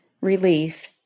relief